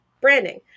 branding